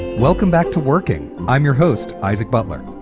welcome back to working, i'm your host, isaac butler,